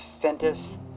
Fentus